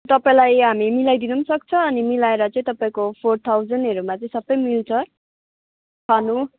तपाईँलाई हामी मिलाइदिनु पनि सक्छ अनि मिलाएर चाहिँ तपाईँँको फोर थाउजन्डहरूमा चाहिँ सबै मिल्छ खानु